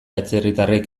atzerritarrek